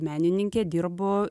menininkė dirbu